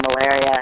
malaria